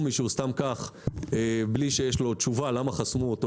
מישהו סתם כך בלי שיש לו תשובה למה חסמו אותו.